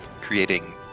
creating